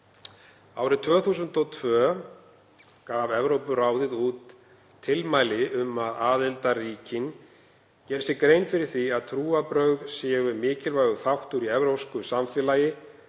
Árið 2002 gaf Evrópuráðið út tilmæli um að aðildarríkin geri sér grein fyrir því að trúarbrögð séu mikilvægur þáttur í evrópsku samfélagi